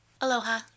aloha